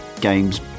games